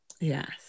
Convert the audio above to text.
Yes